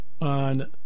on